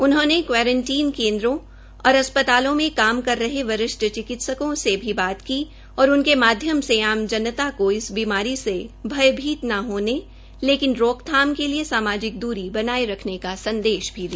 उन्होंने क्वारंटीन केन्द्रों और अस्पतालों में काम कर रहे वरिष्ठ चिकित्सकों से भी बात की और उनके माध्यम से आम जनता को इस बीमारी से भयभीत न होने लेकिन रोकथाम के लिए सामाजिक दूरी बनाये रखने का संदेश भी दिया